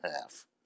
half